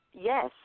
Yes